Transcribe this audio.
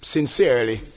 Sincerely